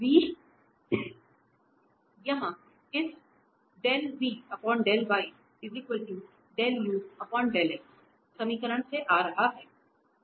v यहाँ इस समीकरण से आ रहा है